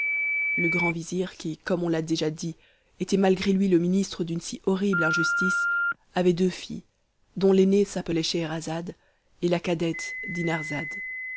le grand vizir qui comme on l'a déjà dit était malgré lui le ministre d'une si horrible injustice avait deux filles dont l'aînée s'appelait scheherazade et la cadette